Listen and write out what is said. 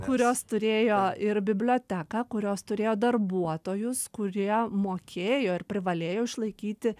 kurios turėjo ir biblioteką kurios turėjo darbuotojus kurie mokėjo ar privalėjo išlaikyti